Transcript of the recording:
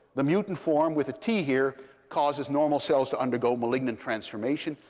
the mutant form with a t here causes normal cells to undergo malignant transformation.